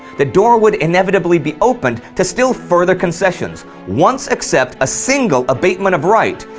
the door would inevitably be opened to still further concessions. once accept a single abatement of right.